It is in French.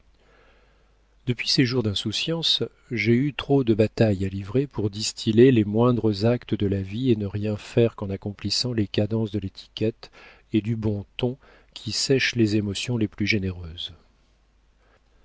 depuis ces jours d'insouciance j'ai eu trop de batailles à livrer pour distiller les moindres actes de la vie et ne rien faire qu'en accomplissant les cadences de l'étiquette et du bon ton qui sèchent les émotions les plus généreuses